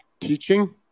teaching